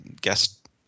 guest